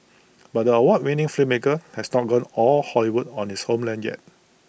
but the award winning filmmaker has not gone all Hollywood on this homeland yet